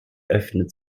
öffnet